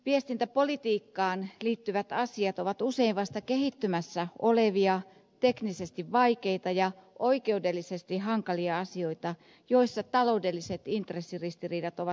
viestintäpolitiikkaan liittyvät asiat ovat usein vasta kehittymässä olevia teknisesti vaikeita ja oikeudellisesti hankalia asioita joissa taloudelliset intressiristiriidat ovat suuret